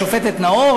השופטת נאור,